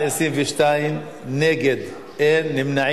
וגם לך, כמובן,